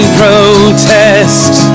protest